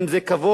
אם זה כבוד,